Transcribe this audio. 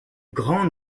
grande